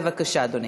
בבקשה, אדוני.